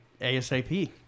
ASAP